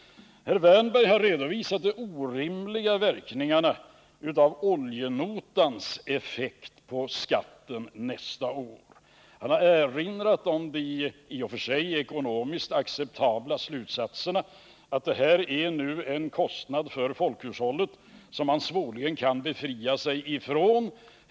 Erik Wärnberg har redovisat de orimliga verkningarna av oljenotan på skatten nästa år. Han har erinrat om de i och för sig ekonomiskt acceptabla slutsatserna, att det här är en kostnad för folkhushållet som man svårligen kan befria sig från.